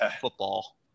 Football